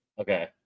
okay